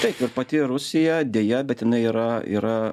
taip ir pati rusija deja bet jinai yra yra